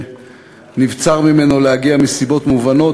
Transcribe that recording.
שנבצר ממנו להגיע מסיבות מובנות.